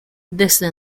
desde